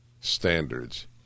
standards